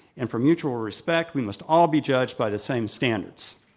and for mutual respect, we must all be judged by the same standards.